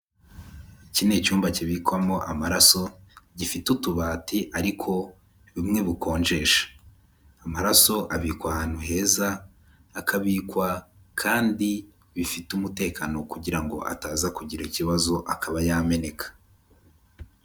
Iki ni icyumba kibikwamo amaraso, gifite utubati ariko bumwe bukonjesha. Amaraso abikwa ahantu heza, akabikwa kandi bifite umutekano kugira ngo ataza kugira ikibazo akaba yameneka.